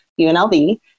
UNLV